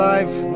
Life